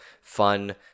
fun